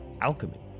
alchemy